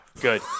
Good